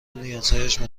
نیازهایشان